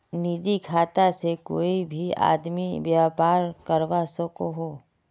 निजी खाता से कोए भी आदमी व्यापार करवा सकोहो